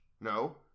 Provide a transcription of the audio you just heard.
No